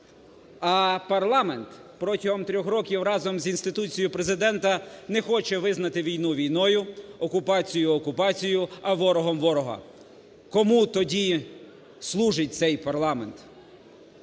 А парламент протягом трьох років разом з інституцією Президента не хоче визнати війну війною, окупацію окупацією, а ворогом ворога. Кому тоді служить цей парламент? Парламент,